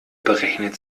berechnet